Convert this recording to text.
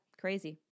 crazy